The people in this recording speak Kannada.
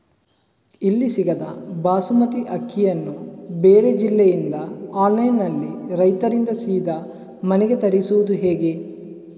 ಇಲ್ಲಿ ಸಿಗದ ಬಾಸುಮತಿ ಅಕ್ಕಿಯನ್ನು ಬೇರೆ ಜಿಲ್ಲೆ ಇಂದ ಆನ್ಲೈನ್ನಲ್ಲಿ ರೈತರಿಂದ ಸೀದಾ ಮನೆಗೆ ತರಿಸುವುದು ಹೇಗೆ?